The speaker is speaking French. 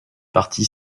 parti